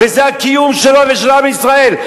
וזה הקיום שלו ושל עם ישראל,